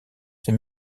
ses